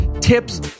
tips